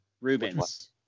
Rubens